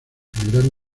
generando